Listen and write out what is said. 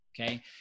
Okay